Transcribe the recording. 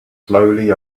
slowly